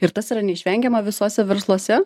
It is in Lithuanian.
ir tas yra neišvengiama visuose versluose